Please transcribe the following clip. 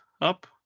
up